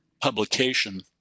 publication